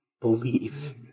believe